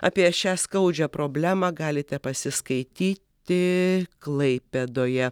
apie šią skaudžią problemą galite pasiskaityti klaipėdoje